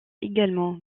également